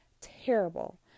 terrible